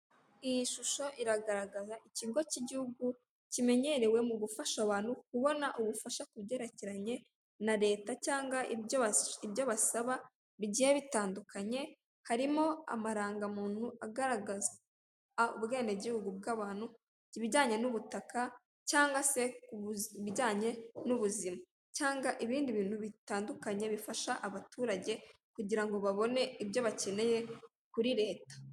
Iyi shusho iragaragaza ikigo k'igihugu kimenyerewe mugusha kubona ubufasha kubyerekeranye na Leta cyangwa ibyo basaba bigiye bitandukanye harimo amarangamuntu agaragaza ubwenegihugu bw'abantu, ibijyanye n'ubutaka cyangwa se ibijyanye n'ubuzima cyangwa ibindi bintu bitandukanye bifasha abaturage kugira ngo babone ibyo bakeneye kuri Leta.